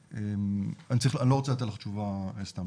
אני לא רוצה לתת לך תשובה סתם,